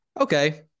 Okay